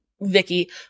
Vicky